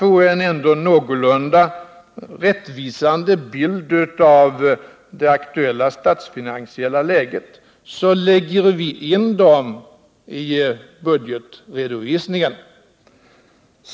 För att få en någorlunda rättvisande bild av det aktuella statsfinansiella läget lägger vi in förslagen i budgetredovisningen.